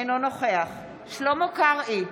אינו נוכח שלמה קרעי,